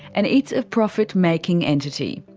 and it's a profit making entity.